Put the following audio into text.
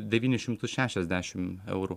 devynis šimtus šešiasdešim eurų